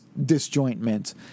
disjointment